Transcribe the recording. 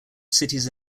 cities